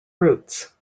roots